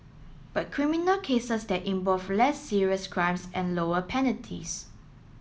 but criminal cases there involve less serious crimes and lower penalties